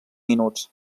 minuts